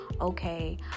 okay